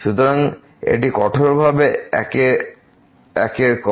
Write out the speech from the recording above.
সুতরাং এটি কঠোরভাবে 1 এরকম